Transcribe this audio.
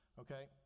okay